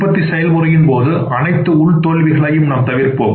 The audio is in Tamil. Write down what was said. உற்பத்தி செயல்முறையின் போது அனைத்து உள் தோல்விகளையும் நாம் தவிர்ப்போம்